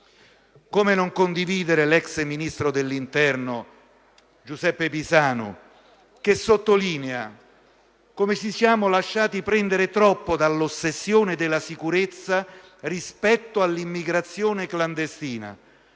affermato dall'ex ministro dell'interno Pisanu, che sottolinea come ci siamo lasciati prendere troppo dall'ossessione della sicurezza rispetto all'immigrazione clandestina